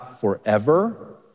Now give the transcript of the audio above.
forever